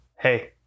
Hey